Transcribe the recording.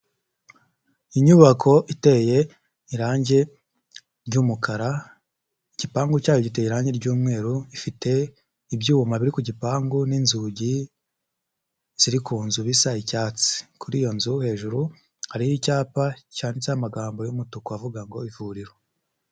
Inyubako iteye irangi ry'umukara, igipangu cyayo giteye irangi ry'umweru, ifite ibyuma biri ku gipangu n'inzugi ziri ku nzu bisa icyatsi, kuri iyo nzu hejuru hariho icyapa cyanditseho amagambo y'umutuku avuga ngo ivuriro.